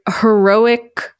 heroic